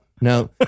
no